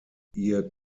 ihr